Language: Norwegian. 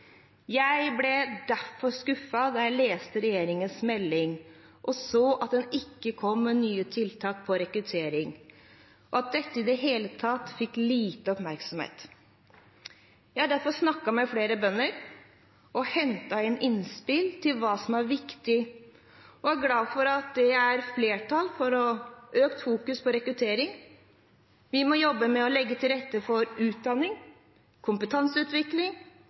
Jeg ble derfor skuffet da jeg leste regjeringens melding og så at det ikke kom noen nye tiltak for rekruttering, og at dette i det hele tatt fikk lite oppmerksomhet. Jeg har derfor snakket med flere bønder og hentet inn innspill til hva som er viktig, og er glad for at det er flertall for økt fokus på rekruttering. Vi må jobbe med å legge til rette for utdanning og kompetanseutvikling